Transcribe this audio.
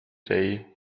day